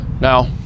now